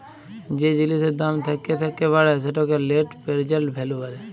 যে জিলিসের দাম থ্যাকে থ্যাকে বাড়ে সেটকে লেট্ পেরজেল্ট ভ্যালু ব্যলে